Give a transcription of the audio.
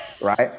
right